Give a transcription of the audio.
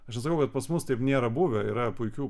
aš nesakau kad pas mus taip nėra buvę yra puikių